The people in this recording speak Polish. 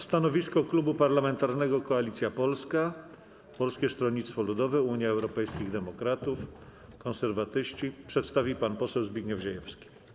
Stanowisko Klubu Parlamentarnego Koalicja Polska - Polskie Stronnictwo Ludowe, Unia Europejskich Demokratów, Konserwatyści przedstawi pan poseł Zbigniew Ziejewski.